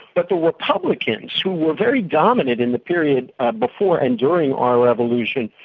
but the republicans, who were very dominant in the period before and during our revolution,